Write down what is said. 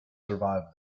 survive